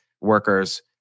workers